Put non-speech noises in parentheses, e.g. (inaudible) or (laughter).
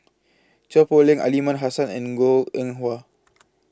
Chua Poh Leng Aliman Hassan and Goh Eng Hua (noise)